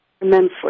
immensely